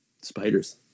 spiders